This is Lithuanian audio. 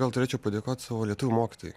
gal turėčiau padėkot savo lietuvių mokytojai